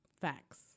Facts